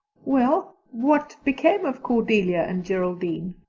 well, what became of cordelia and geraldine?